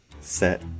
set